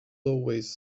always